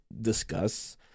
discuss